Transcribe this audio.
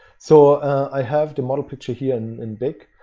so i have the model picture here and in big.